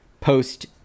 post